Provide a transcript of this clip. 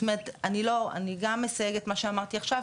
אני גם אסייג את מה שאמרתי עכשיו,